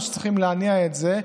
אבל צריכים להניע את זה,